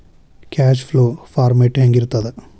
Cash flow format ಹೆಂಗಿರ್ತದ?